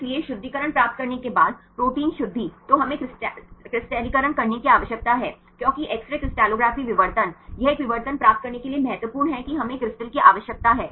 इसलिए शुद्धिकरण प्राप्त करने के बाद प्रोटीन शुद्धि तो हमें क्रिस्टलीकरण करने की आवश्यकता है क्योंकि एक्स रे क्रिस्टलोग्राफी विवर्तन यह एक विवर्तन प्राप्त करने के लिए महत्वपूर्ण है कि हमें एक क्रिस्टल की आवश्यकता है